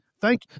Thank